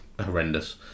horrendous